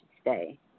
stay